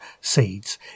seeds